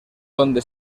donde